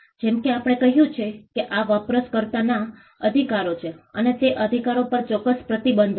જેમકે આપણે કહ્યું છે કે આ વપરાશકર્તાના અધિકારો છે અને તે અધિકારો પર ચોક્કસ પ્રતિબંધો છે